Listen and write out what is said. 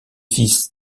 fils